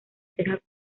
teja